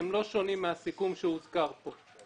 הם לא שונים מהסיכום שהוזכר כאן.